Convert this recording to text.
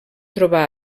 trobar